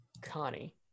Connie